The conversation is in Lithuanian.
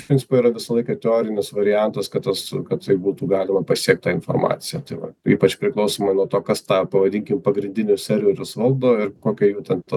iš principo yra visą laiką teorinis variantas kad tas kad tai būtų galima pasiekt tą informaciją tai va ypač priklausomai nuo to kas tą pavadinkim pagrindinius serverius valdo ir kokia jų ten ta